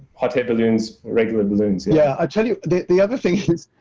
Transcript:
hot air balloons, regular balloons. yeah, i'll tell you the other thing is,